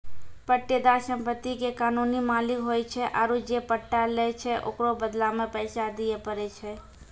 पट्टेदार सम्पति के कानूनी मालिक होय छै आरु जे पट्टा लै छै ओकरो बदला मे पैसा दिये पड़ै छै